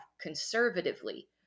conservatively